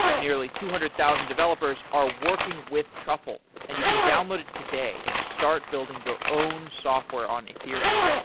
nearly two hundred thousand developers are working with truffle and you can download it today and start building your own software on ethereum.